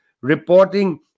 reporting